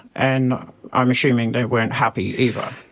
and i'm assuming they weren't happy either.